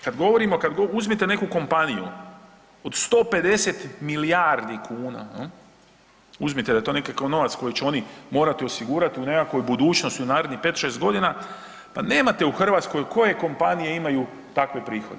Kad govorimo, kad, uzmite neku kompaniju od 150 milijardi kuna, uzmite da je to nekakav novac koji će oni morati osigurati u nekakvoj budućnosti u narednih 5-6.g., pa nemate u Hrvatskoj, koje kompanije imaju takve prihode.